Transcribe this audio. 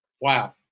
wow